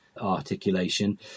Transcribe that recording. articulation